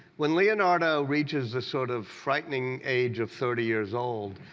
when leonardo reaches the sort of frightening age of thirty years old,